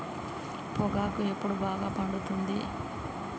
పొగాకు ఎప్పుడు బాగా పండుతుంది?